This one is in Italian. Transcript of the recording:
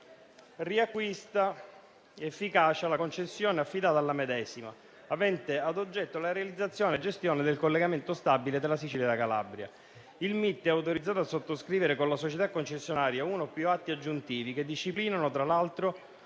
riacquisti efficacia la concessione affidata alla medesima, avente ad oggetto la realizzazione e gestione del collegamento stabile tra la Sicilia e la Calabria. Il MIT è autorizzato a sottoscrivere con la società concessionaria uno o più atti aggiuntivi, che disciplinano, tra l'altro: